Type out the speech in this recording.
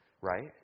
right